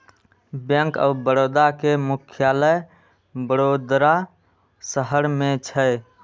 bank of Baroda के मुख्यालय वडोदरा शहर मे छै